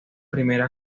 primera